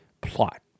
plot